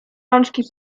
rączki